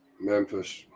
Memphis